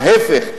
ההיפך,